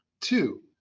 Two